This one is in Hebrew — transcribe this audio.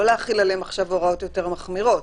לא להחיל עליהם עכשיו הוראות יותר מחמירות.